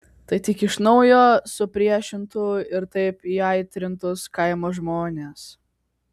tai tik iš naujo supriešintų ir taip įaitrintus kaimo žmones